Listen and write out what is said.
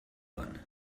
one